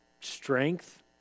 strength